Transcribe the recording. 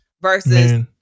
Versus